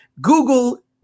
Google